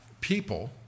people